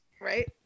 Right